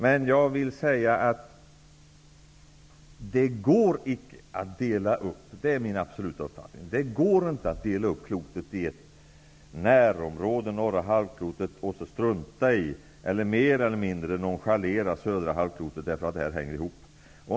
Men det går icke att dela upp klotet -- det är min absoluta uppfattning -- i ett närområde, dvs. norra halvklotet, och mer eller mindre nonchalera södra halvklotet. De två hänger ihop.